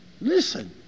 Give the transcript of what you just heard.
Listen